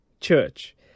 Church